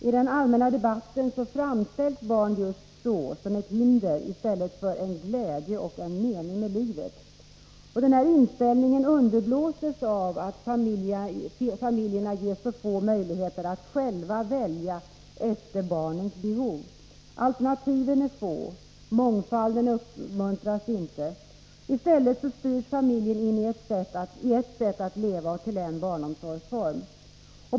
I den allmänna debatten framställs barn just som ett hinder i stället för en glädje och en mening med livet. Denna inställning underblåses av att familjerna ges så få möjligheter att själva välja efter barnens behov. Alternativen är få och mångfalden uppmuntras inte. I stället styrs familjerna in i ett sätt att leva och till en barnomsorgsform.